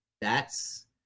That's-